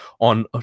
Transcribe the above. on